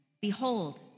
Behold